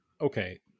Okay